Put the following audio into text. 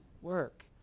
work